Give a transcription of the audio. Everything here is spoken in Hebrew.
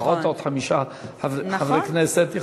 לפחות עוד חמישה חברי כנסת, נכון.